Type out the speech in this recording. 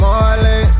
Marley